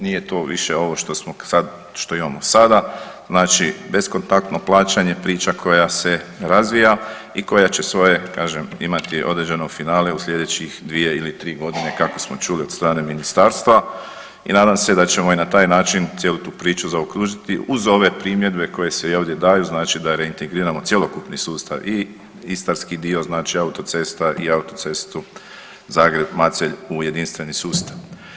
Nije to više ovo što imamo sada znači beskontaktno plaćanje priča koja se razvija i koja će svoje imati određeno finale u sljedećih dvije ili tri godine kako smo čuli od strane ministarstva i nadam se da ćemo i na taj način cijelu tu priču zaokružiti uz ove primjedbe koje se i ovdje daju, znači da reintegriramo cjelokupni sustav i istarski dio autocesta i autocestu Zagreb-Macelj u jedinstveni sustav.